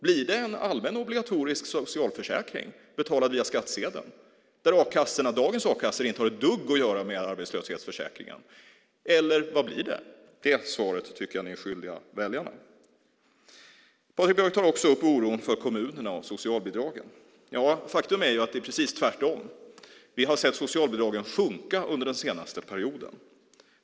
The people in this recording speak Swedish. Blir det en allmän obligatorisk socialförsäkring, betalad via skattsedeln, där dagens a-kassor inte har ett dugg att göra med arbetslöshetsförsäkringen, eller vad blir det? Det svaret tycker jag att ni är skyldiga väljarna. Patrik Björck tar också upp oron för kommunerna och socialbidragen. Ja, faktum är ju att det är precis tvärtom. Vi har sett socialbidragen sjunka under den senaste perioden.